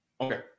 okay